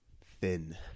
Thin